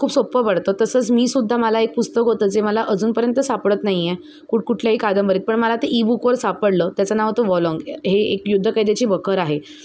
खूप सोप्पं पडतं तसंच मीसुद्धा मला एक पुस्तक होतं जे मला अजूनपर्यंत सापडत नाईये कुटकुठल्याही कादंबरीत पण मला ते ईबुकवर सापडलं त्याचं नाव होतं वॉलाँग हे एक युद्धकैद्याची बखर आहे